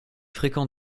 fréquent